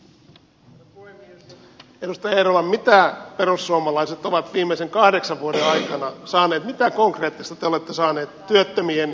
edustaja eerola mitä perussuomalaiset ovat viimeisten kahdeksan vuoden aikana saaneet mitä konkreettista te olette saaneet työttömien hyväksi tehtyä täällä